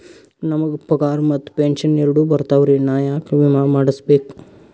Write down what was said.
ನಮ್ ಗ ಪಗಾರ ಮತ್ತ ಪೆಂಶನ್ ಎರಡೂ ಬರ್ತಾವರಿ, ನಾ ಯಾಕ ವಿಮಾ ಮಾಡಸ್ಬೇಕ?